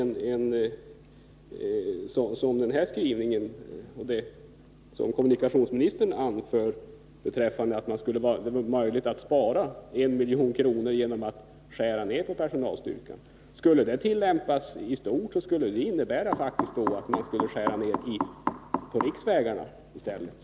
På vilket sätt är kommunikationsministern beredd att verka för att den beskrivna försöksordningen med en särskild ungdomsvariant av Nordturistbiljetten kommer till stånd inför det nordiska turiståret 1982?